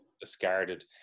discarded